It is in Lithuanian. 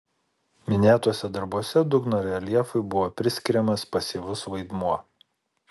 minėtuose darbuose dugno reljefui buvo priskiriamas pasyvus vaidmuo